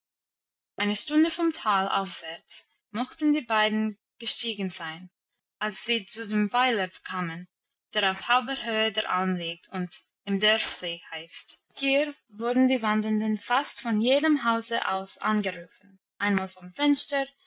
eine stunde vom tal aufwärts mochten die beiden gestiegen sein als sie zu dem weiler kamen der auf halber höhe der alm liegt und im dörfli heißt hier wurden die wandernden fast von jedem hause aus angerufen einmal vom fenster